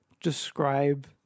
describe